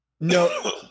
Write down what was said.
No